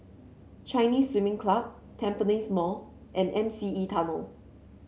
Chinese Swimming Club Tampines Mall and M C E Tunnel